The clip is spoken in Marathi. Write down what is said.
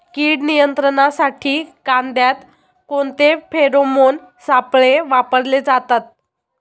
कीड नियंत्रणासाठी कांद्यात कोणते फेरोमोन सापळे वापरले जातात?